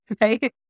right